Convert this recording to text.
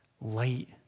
light